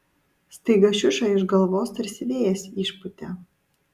staiga šiušą iš galvos tarsi vėjas išpūtė